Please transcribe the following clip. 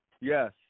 Yes